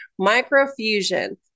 microfusion